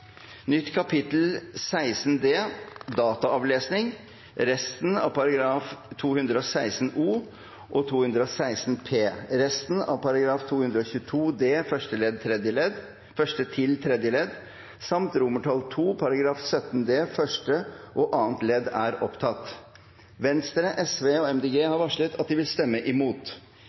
Nytt kapittel 16 d. Dataavlesing, resten av § 216 o, § 216 p, resten av § 222 d første til tredje ledd samt II § 17 d første og annet ledd. Venstre, Sosialistisk Venstreparti og Miljøpartiet De Grønne har varslet at de vil stemme imot.